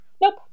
Nope